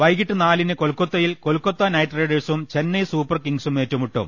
വൈകീട്ട് നാലിന് കൊൽക്കത്തയിൽ കൊൽക്കത്ത നൈറ്റ് റൈഡേവ്സും ചെന്നൈ സൂപ്പർ കിങ്സും ഏറ്റുമുട്ടും